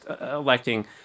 electing